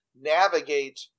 navigate